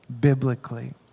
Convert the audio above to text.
biblically